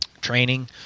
training